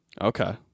Okay